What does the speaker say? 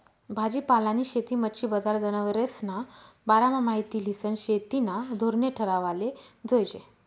भाजीपालानी शेती, मच्छी बजार, जनावरेस्ना बारामा माहिती ल्हिसन शेतीना धोरणे ठरावाले जोयजे